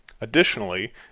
Additionally